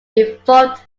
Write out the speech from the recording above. evolved